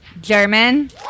German